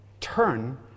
turn